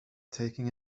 taking